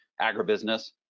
agribusiness